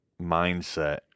mindset